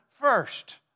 first